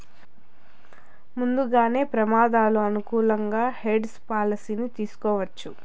ముందుగానే ప్రమాదాలు అనుకూలంగా హెడ్జ్ పాలసీని తీసుకోవచ్చు